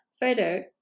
photo